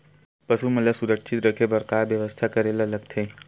पशु मन ल सुरक्षित रखे बर का बेवस्था करेला लगथे?